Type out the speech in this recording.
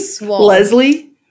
Leslie